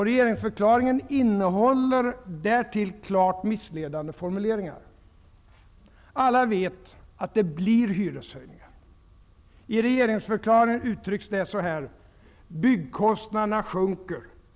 Regeringsförklaringen innehåller därtill klart missledande formuleringar. Alla vet att det blir hyreshöjningar. I regeringsförklaringen uttrycks det: ”Byggkostnaderna sjunker.